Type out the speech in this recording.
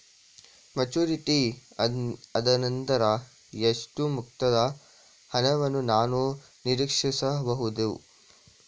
Maturity ಆದನಂತರ ಎಷ್ಟು ಮೊತ್ತದ ಹಣವನ್ನು ನಾನು ನೀರೀಕ್ಷಿಸ ಬಹುದು?